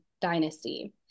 dynasty